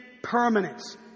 Permanence